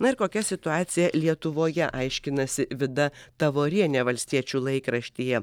na ir kokia situacija lietuvoje aiškinasi vida tavorienė valstiečių laikraštyje